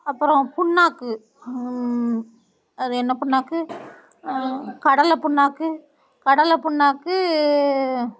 அப்புறம் புண்ணாக்கு அது என்ன புண்ணாக்கு கடலை புண்ணாக்கு கடலை புண்ணாக்கு